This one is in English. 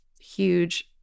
huge